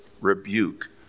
rebuke